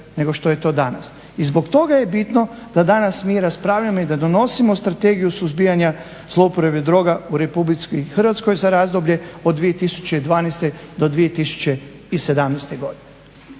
nego što je to danas. I zbog toga je bitno da danas mi raspravljamo i da donosimo Strategiju suzbijanja zlouporabe droga u RH za razdoblje od 2012. do 2017. godine.